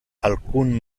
alcun